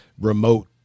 remote